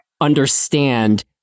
understand